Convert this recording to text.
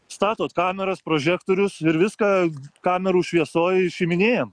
statot kameras prožektorius ir viską kamerų šviesoj išiminėjam